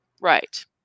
Right